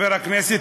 חבר הכנסת